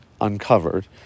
uncovered